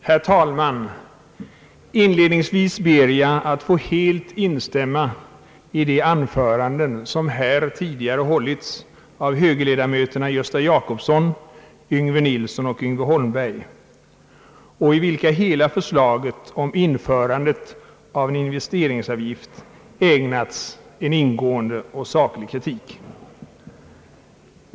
Herr talman! Inledningsvis ber jag att få helt instämma i de anföranden som tidigare här hållits av högerledamöterna Gösta Jacobsson, Yngve Nilsson och Yngve Holmberg och i vilka hela förslaget om införandet av en investeringsavgift ägnats en ingående och saklig kritik.